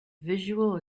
visual